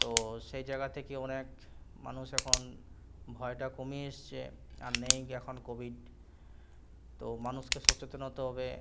তো সেই জায়গা থেকে অনেক মানুষ এখন ভয়টা কমিয়ে এসছে আর নেই এখন কোভিড তো মানুষকে সচেতন হতে হবে